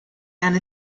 and